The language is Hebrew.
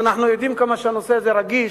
ואנחנו יודעים כמה הנושא הזה רגיש,